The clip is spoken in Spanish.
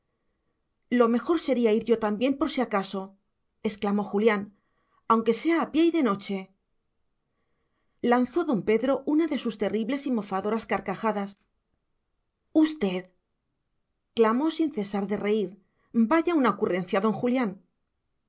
lo mejor sería ir yo también por si acaso exclamó julián aunque sea a pie y de noche lanzó don pedro una de sus terribles y mofadoras carcajadas usted clamó sin cesar de reír vaya una ocurrencia don julián